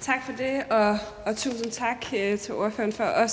Tak for det, og tusind tak til ordføreren for